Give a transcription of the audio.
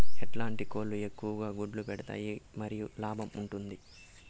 ఎట్లాంటి కోళ్ళు ఎక్కువగా గుడ్లు పెడతాయి మరియు లాభంగా ఉంటుంది?